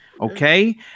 Okay